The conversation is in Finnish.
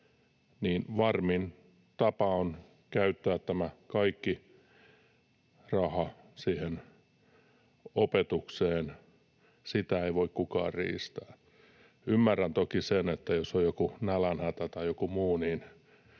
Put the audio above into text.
niin varmin tapa on käyttää tämä kaikki raha opetukseen, sitä ei voi kukaan riistää. Ymmärrän toki sen, että jos on joku nälänhätä tai joku muu,